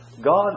God